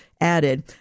added